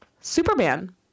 Superman